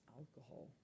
alcohol